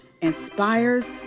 inspires